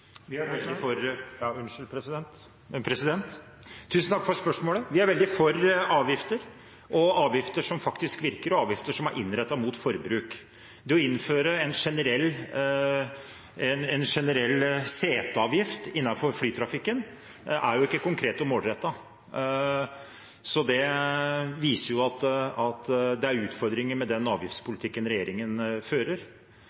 Tusen takk for spørsmålet. Vi er veldig for avgifter, avgifter som faktisk virker, og avgifter som er rettet mot forbruk. Det å innføre en generell seteavgift innenfor flytrafikken er jo ikke konkret og målrettet, så det viser at det er utfordringer med den